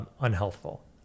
unhealthful